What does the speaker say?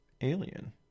alien